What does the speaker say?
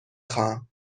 خواهم